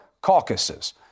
caucuses